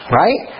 right